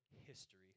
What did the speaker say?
history